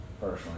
personally